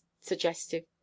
suggestive